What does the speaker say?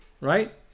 Right